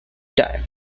time